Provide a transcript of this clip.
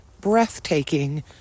breathtaking